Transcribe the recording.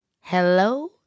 Hello